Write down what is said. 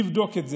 נבדוק את זה.